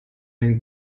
den